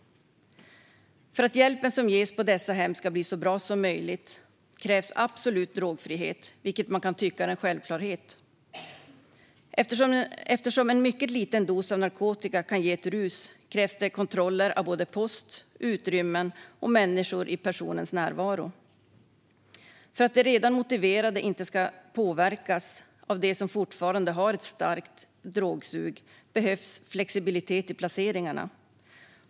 För att hjälpen som ges på dessa hem ska bli så bra som möjligt krävs absolut drogfrihet, vilket man kan tycka är en självklarhet. Eftersom en mycket liten dos av narkotika kan ge ett rus krävs det kontroller av både post, utrymmen och människor i personens närvaro. För att de redan motiverade inte ska påverkas av dem som fortfarande har ett starkt drogsug behövs flexibilitet i placeringarna.